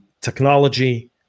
technology